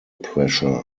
pressure